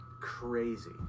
Crazy